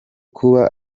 kuba